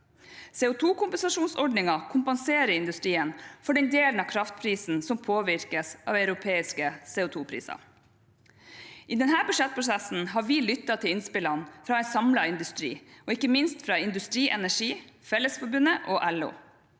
CO2-kompensasjonsordningen kompenserer industrien for den delen av kraftprisen som påvirkes av europeiske CO2-priser. I denne budsjettprosessen har vi lyttet til innspillene fra en samlet industri, og ikke minst fra Industri Energi, Fellesforbundet og LO.